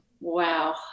Wow